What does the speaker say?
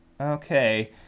okay